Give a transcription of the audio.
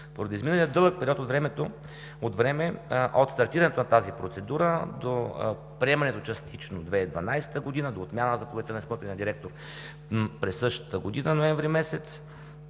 Поради изминалия дълъг период от време от стартирането на тази процедура до приемането частично 2012 г. до отмяна заповедта на изпълнителния директор през същата година ноември месец,